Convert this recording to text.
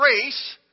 grace